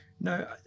No